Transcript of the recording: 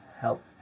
help